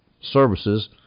services